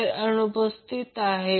तर ह्या पद्धतीने करू शकतो